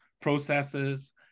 processes